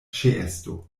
ĉeesto